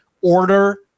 order